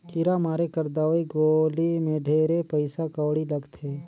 कीरा मारे कर दवई गोली मे ढेरे पइसा कउड़ी लगथे